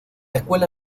escuela